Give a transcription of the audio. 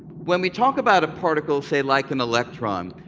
when we talk about a particle, say, like an electron,